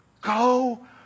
Go